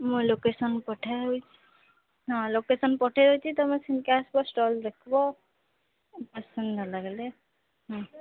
ମୋ ଲୋକେସନ୍ ପଠାଇବି ହଁ ଲୋକେସନ୍ ପଠେଇ ଦଉଛି ତୁମେ ସେଠାକୁ ଆସିବ ଷ୍ଟଲ୍ ଦେଖିବ ପସନ୍ଦ ନଲାଗିଲେ ହୁଁ